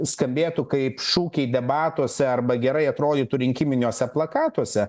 skambėtų kaip šūkiai debatuose arba gerai atrodytų rinkiminiuose plakatuose